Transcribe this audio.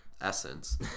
essence